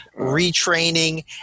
retraining